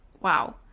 wow